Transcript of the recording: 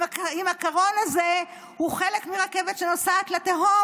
אם הקרון הזה הוא חלק מרכבת שנוסעת לתהום?